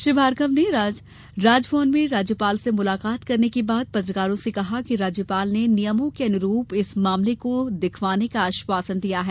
श्री भार्गव ने राजभवन में राज्यपाल से मुलाकात करने के बाद पत्रकारों से कहा कि राज्यपाल ने नियमों के अनुरूप इस मामले को दिखवाने का आश्वासन दिया है